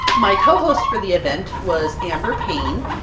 my co-host for the event was amber payne.